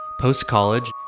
Post-college